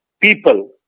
people